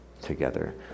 together